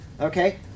okay